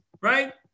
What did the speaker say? right